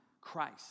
Christ